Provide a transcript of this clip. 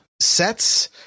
sets